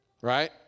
right